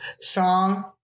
song